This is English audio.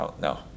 No